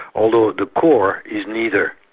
although the core is neither.